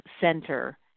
center